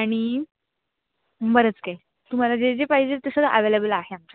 आणि बरंच काही तुम्हाला जे जे पाहिजे ते सगळं ॲवेलेबल आहे आमच्या इथे